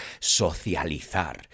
socializar